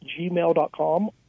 gmail.com